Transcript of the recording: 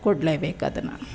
ಕೊಡಲೇ ಬೇಕದನ್ನು